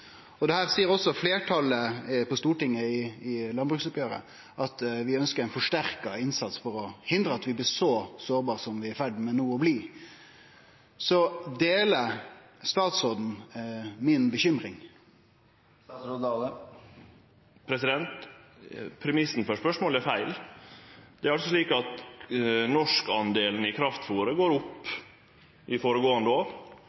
seier også fleirtalet på Stortinget i landbruksoppgjeret, at vi ønskjer ein forsterka innsats for å hindre at vi blir så sårbare som vi no er i ferd med å bli. Deler statsråden mi bekymring? Premissen for spørsmålet er feil. Det er slik at den norske delen av kraftfôr har gått opp føregåande år.